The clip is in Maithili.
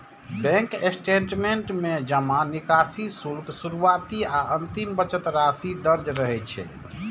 बैंक स्टेटमेंट में जमा, निकासी, शुल्क, शुरुआती आ अंतिम बचत राशि दर्ज रहै छै